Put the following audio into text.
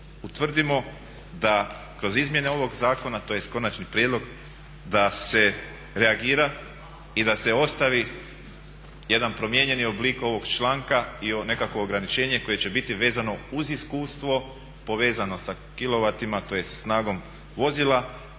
utvrdimo da kroz izmjene ovog zakona tj. konačni prijedlog da se reagira i da se ostavi jedan promijenjeni oblik ovog članka i nekakvo ograničenje koje će biti vezano uz iskustvo, povezano sa kilovatima tj. snagom vozila,